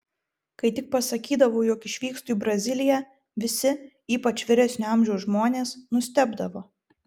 kai tik pasakydavau jog išvykstu į braziliją visi ypač vyresnio amžiaus žmonės nustebdavo